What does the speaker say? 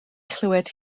chlywed